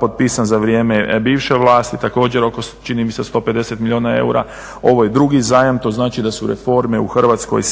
potpisan za vrijeme bivše vlasti, također čini mi se oko 150 milijuna eura, ovo je drugi zajam to znači da se reforme u Hrvatskoj